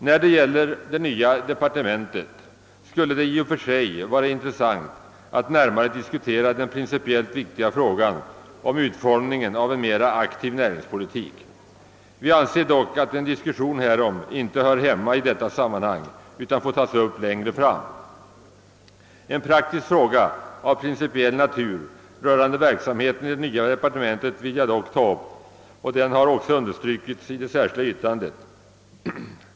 När det gäller det nya departementet skulle det i och för sig vara intressant att närmare diskutera den principiellt viktiga frågan om utformningen av en mer aktiv näringspolitik. Vi anser dock att en diskussion härom inte hör hemma i detta sammanhang utan får tas upp längre fram. En praktisk fråga av principiell natur rörande verksamheten i det nya departementet vill jag dock ta upp, och den har också understrukits i det särskilda yttrandet.